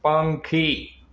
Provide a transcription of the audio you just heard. પંખી